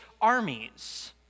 armies